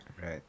Right